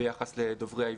ביחס לדוברי העברית.